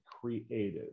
creative